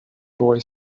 boy